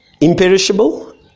Imperishable